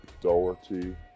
Doherty